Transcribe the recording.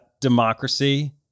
democracy